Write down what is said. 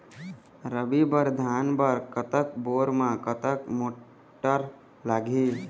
रबी बर धान बर कतक बोर म कतक मोटर लागिही?